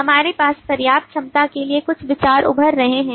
हमारे पास पर्याप्त क्षमता के लिए कुछ विचार उभर रहे हैं